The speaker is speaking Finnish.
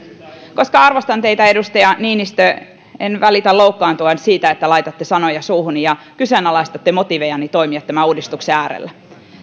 koska arvostan teitä edustaja niinistö en välitä loukkaantua siitä että laitatte sanoja suuhuni ja kyseenalaistatte motiivejani toimia tämän uudistuksen äärellä